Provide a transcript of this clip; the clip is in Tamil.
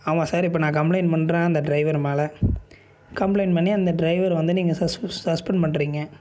ஆமாம் சார் இப்போ நான் கம்ப்ளயின் பண்றேன் அந்த ட்ரைவர் மேல் கம்ப்ளயின் பண்ணி அந்த ட்ரைவர் வந்து நீங்கள் சஸ்பண்ட் பண்றீங்க